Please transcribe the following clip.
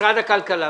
ממשרד הכלכלה.